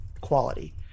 quality